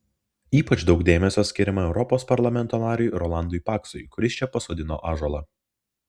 ypač daug dėmesio skiriama europos parlamento nariui rolandui paksui kuris čia pasodino ąžuolą